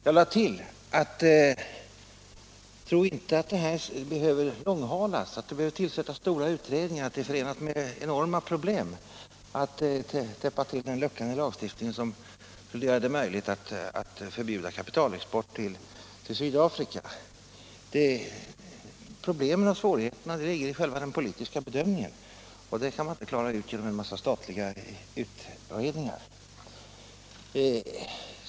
Jag lade till: Tro inte att den här frågan behöver långhalas, att det behöver tillsättas stora utredningar, att det är förenat med enorma problem att genom att täppa till en lucka i lagstiftningen göra det möjligt att förbjuda kapitalexport till Sydafrika. Problemen och svårigheterna ligger i själva den politiska bedömningen, och den kan man inte klara ut genom statliga utredningar.